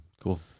Cool